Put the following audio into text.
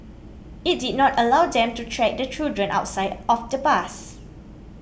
it did not allow them to track the children outside of the bus